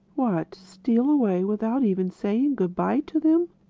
what, steal away without even saying good-bye to them!